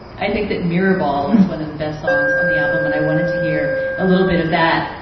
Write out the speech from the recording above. i think that mirrorball is one of the best songs on the album. and i wanted to hear a little bit of that.